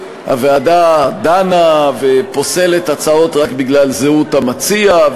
שהוועדה דנה ופוסלת הצעות רק בגלל זהות המציע,